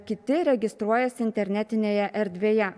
kiti registruojasi internetinėje erdvėje